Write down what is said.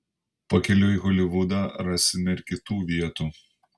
pakeliui į holivudą rasime ir kitų vietų